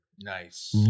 Nice